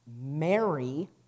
Mary